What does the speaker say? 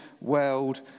world